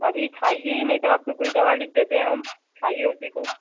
अभी खाइए ही नहीं तो आपको कोई दवा लिख देते हैं हम खाइए उसी को